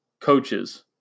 coaches